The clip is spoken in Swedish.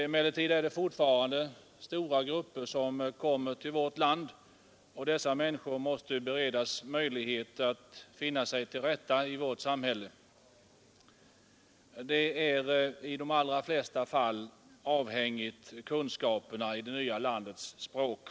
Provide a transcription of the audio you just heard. Emellertid kommer fortfarande stora grupper invandrare till vårt land, och dessa människor måste ju beredas möjlighet att finna sig till rätta i vårt samhälle. Det är i de allra flesta fall avhängigt kunskaperna i det nya landets språk.